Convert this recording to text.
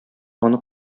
аны